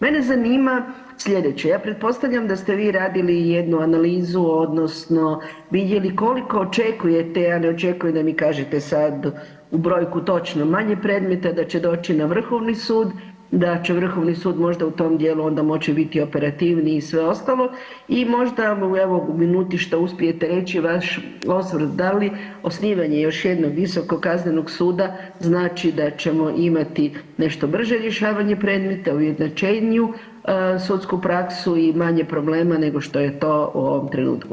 Mene zanima sljedeće, ja pretpostavljam da ste vi radili jednu analizu odnosno vidjeli koliko očekujete, ja ne očekujem da mi kažete sada u brojku točno, manje predmeta da će doći na Vrhovni sud, da će Vrhovni sud možda u tom dijelu onda moći biti operativniji i sve ostalo i možda evo u minuti što uspijete reći vaš osvrt da li osnivanje još jednog Visokog kaznenog suda znači da ćemo imati nešto brže rješavanje predmeta, ujednačeniju sudsku praksu i manje problema, nego što je to u ovom trenutku.